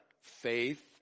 faith